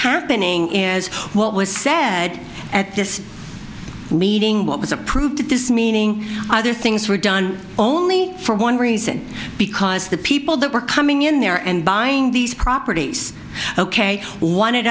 happening is what was said at this meeting what was approved this meaning other things were done only for one reason because the people that were coming in there and buying these properties ok